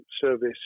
service